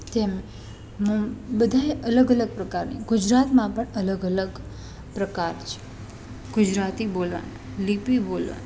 તેમ બધાય અલગ અલગ પ્રકારની ગુજરાતમાં પણ અલગ અલગ પ્રકાર છે ગુજરાતી બોલવાનાં લિપિ બોલવાનાં